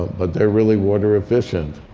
but they're really water efficient.